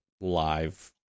live